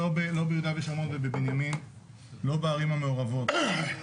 לא ביהודה ושומרון ולא בבנימין ולא בערים המעורבות.